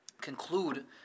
conclude